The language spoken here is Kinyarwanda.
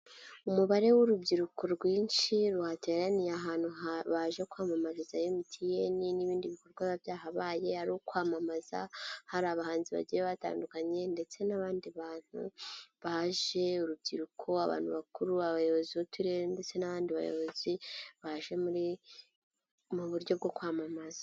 Umubare w'urubyiruko rwinshi, rwateraniye ahantu baje kwamamariza MTN n'ibindi bikorwa byahabaye, ari ukwamamaza, hari abahanzi bagiye batandukanye ndetse n'abandi bantu baje, urubyiruko, abantu bakuru, abayobozi b'uturere ndetse n'abandi bayobozi, baje muri mu buryo bwo kwamamaza.